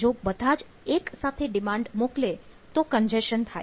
જો બધા જ એક સાથે ડિમાન્ડ મોકલે તો કંજેશન થાય